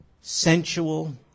sensual